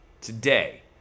today